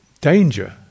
danger